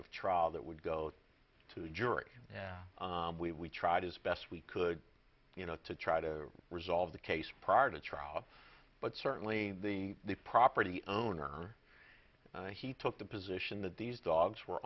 of trial that would go to the jury yeah we tried as best we could you know to try to resolve the case prior to trial but certainly the the property owner he took the position that these dogs were